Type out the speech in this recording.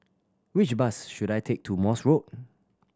which bus should I take to Morse Road